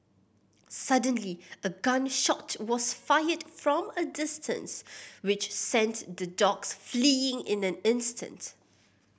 suddenly a gun shot was fired from a distance which sent the dogs fleeing in an instant